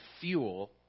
fuel